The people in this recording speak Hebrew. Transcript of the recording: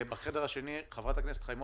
בחדר השני נמצאת חברת הכנסת מיקי חיימוביץ'.